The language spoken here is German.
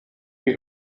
die